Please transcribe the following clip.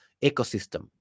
ecosystem